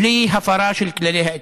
בלי הפרה של כללי האתיקה.